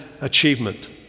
achievement